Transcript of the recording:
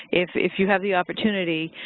if if you have the opportunity,